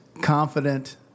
confident